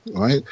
right